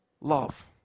Love